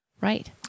right